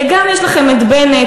גם יש לכם את בנט,